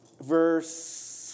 Verse